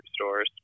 stores